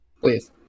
Please